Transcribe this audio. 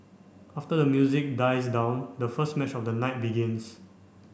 after the music dies down the first match of the night begins